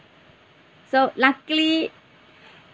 so luckily